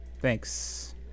Thanks